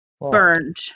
burned